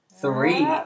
three